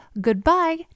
goodbye